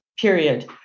period